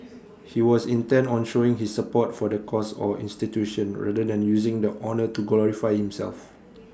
he was intent on showing his support for the cause or institution rather than using the honour to glorify himself